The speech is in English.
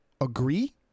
agree